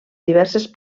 diverses